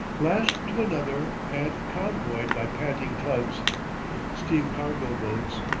lashed to another and convoyed by panting tugs steam cargo boats,